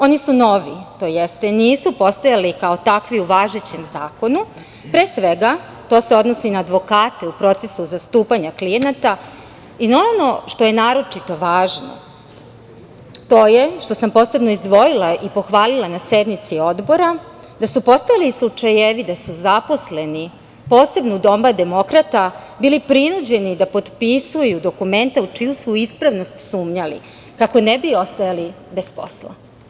Oni su novi tj. nisu postojali kao takvi u važećem zakonu, a to se odnosi na advokate u procesu zastupanja klijenata i na ono što je naročito važno, to je, što sam posebno izdvojila i pohvalila na sednici odbora, da su postojali slučajevi da su zaposleni, posebno u doba demokrata, bili prinuđeni da potpisuju dokumenta u čiju su ispravnost sumnjali, kako ne bi ostajali bez posla.